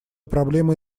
проблема